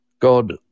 God